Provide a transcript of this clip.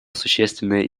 существенное